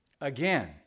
Again